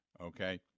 okay